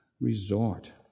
resort